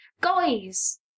Guys